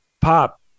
pop